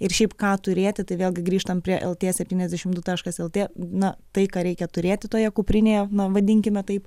ir šiaip ką turėti tai vėlgi grįžtam prie lt septyniasdešimt du taškas lt na tai ką reikia turėti toje kuprinėje na vadinkime taip